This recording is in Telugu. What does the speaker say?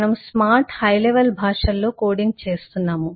మనము స్మార్ట్ హై లెవల్ భాషల్లో కోడింగ్ చేస్తున్నాము